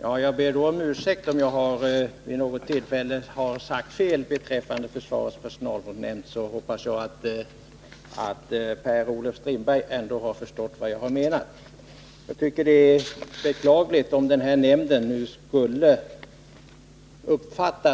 Herr talman! Jag ber om ursäkt om jag vid något tillfälle har benämnt försvarets personalvårdsnämnd fel. Jag hoppas att Per-Olof Strindberg ändå har förstått vad jag har menat. Jag tycker det är beklagligt om man skulle uppfatta